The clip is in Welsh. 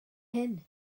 hyn